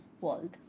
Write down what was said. world